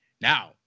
Now